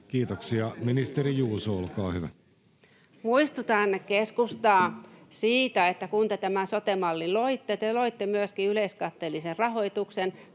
sd) Time: 16:14 Content: Muistutan keskustaa siitä, että kun te tämän sote-mallin loitte, te loitte myöskin yleiskatteellisen rahoituksen